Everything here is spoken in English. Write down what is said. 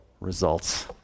results